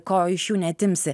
ko iš jų neatimsi